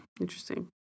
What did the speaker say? Interesting